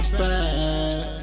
bad